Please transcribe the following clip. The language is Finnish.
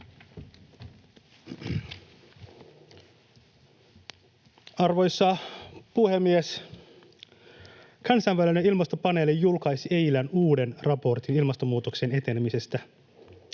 Arvoisa puhemies! Kansainvälinen ilmastopaneeli julkaisi eilen uuden raportin ilmastonmuutoksen etenemisestä